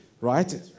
right